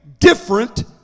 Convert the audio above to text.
different